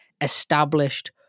established